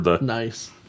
Nice